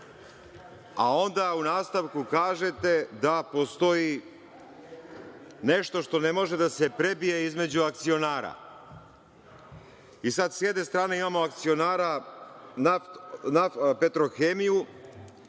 Onda u nastavku kažete da postoji nešto što ne može da se prebije između akcionara. Sada sa jedne strane imamo akcionara na Petrohemiju,